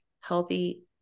healthy